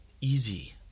easy